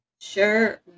sure